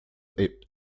est